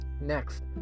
Next